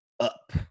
up